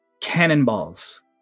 cannonballs